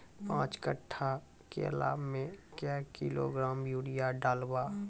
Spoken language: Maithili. पाँच कट्ठा केला मे क्या किलोग्राम यूरिया डलवा?